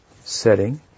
setting